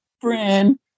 friend